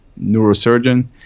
neurosurgeon